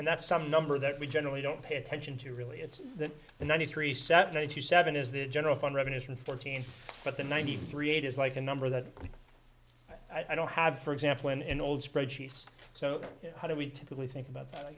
and that's some number that we generally don't pay attention to really it's that the ninety three seventy seven is the general fund revenues from fourteen but the ninety three eight is like a number that i don't have for example in an old spread sheets so how do we typically think about